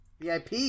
VIP